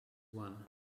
one